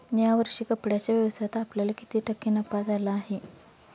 या वर्षी कपड्याच्या व्यवसायात आपल्याला किती टक्के नफा झाला आहे?